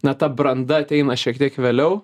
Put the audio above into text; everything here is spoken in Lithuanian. na ta branda ateina šiek tiek vėliau